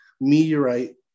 meteorite